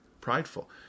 prideful